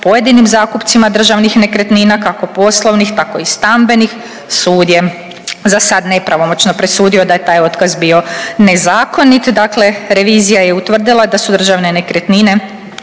pojedinim zakupcima državnih nekretnina kako poslovnih tako i stambenih, sud je za sad nepravomoćno da je taj otkaz bio nezakonit. Dakle, revizija je utvrdila da su Državne nekretnine